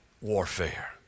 warfare